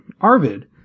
Arvid